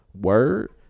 word